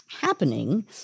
happening